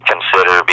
consider